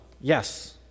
yes